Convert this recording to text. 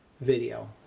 video